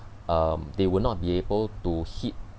um they will not be able to hit